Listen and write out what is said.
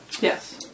Yes